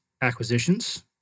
acquisitions